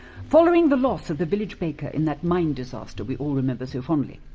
following the loss of the village baker in that mine disaster we all remember so fondly,